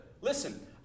Listen